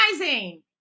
Rising